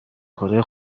کارای